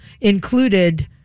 included